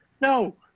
no